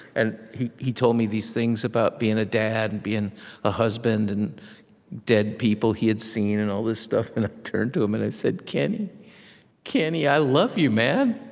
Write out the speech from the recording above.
and he he told me these things about being a dad, being a husband, and dead people he had seen, and all this stuff. and i turned to him, and i said, kenny kenny, i love you, man.